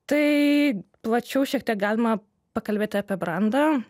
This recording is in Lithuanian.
tai plačiau šiek tiek galima pakalbėti apie brandą